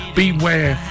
beware